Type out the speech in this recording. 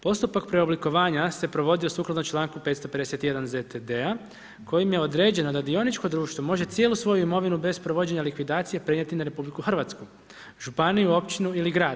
Postupak preoblikovanja se provodi sukladno čl. 551 ZTD-a, kojim je određeno da dioničko društvo, može cijelu svoju imovinu, bez provođenje likvidacije prenijeti na RH, županiju, općinu ili grad.